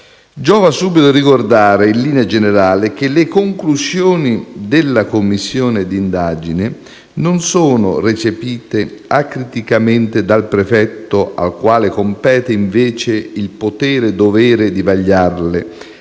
Giova subito ricordare, in linea generale, che le conclusioni della commissione d'indagine non sono recepite acriticamente dal prefetto, al quale compete invece il potere e dovere di vagliarle,